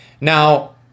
Now